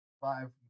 five